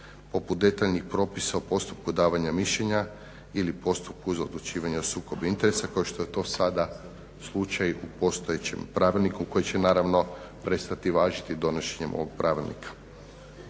poput detaljnih propisa u postupku davanja mišljenja ili u postupku za odlučivanje o sukobu interesa kao što je to sada slučaj u postojećem pravilniku koji će naravno prestati važiti donošenjem ovog pravilnika.